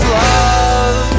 love